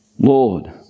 Lord